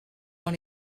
dans